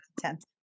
Content